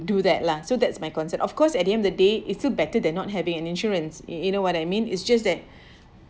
do that lah so that's my concern of course at the end of the day it's still better than not having an insurance you you know what I mean is just that